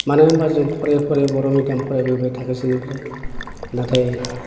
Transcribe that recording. मानो होमबा जों फरायै फरायै बर' मेडियाम फरायबोबाय थाखोसेनिफ्राय नाथाय